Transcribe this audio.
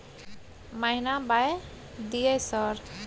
महीना बाय दिय सर?